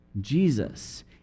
Jesus